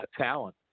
talent